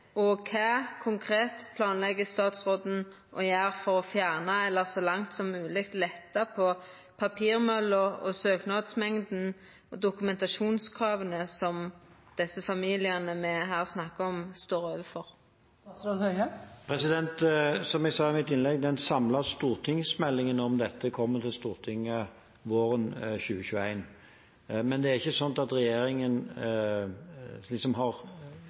Kva konkret planlegg statsråden å gjera for å fjerna eller, så langt som mogleg, å letta på papirmølla, søknadsmengda og dokumentasjonskrava som desse familiane me her snakkar om, står overfor? Som jeg sa i innlegget mitt, kommer den samlede stortingsmeldingen om dette til Stortinget våren 2021, men det er ikke slik at regjeringen har